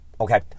Okay